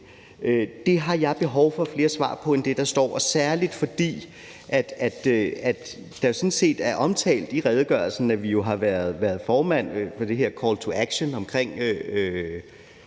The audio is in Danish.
Det har jeg behov for flere svar på end det, der står, og særlig fordi det jo sådan set er omtalt i redegørelsen, at vi har været formand for det her call to action om piger